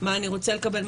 מה אני רוצה לקבל,